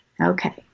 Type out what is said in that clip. Okay